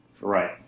Right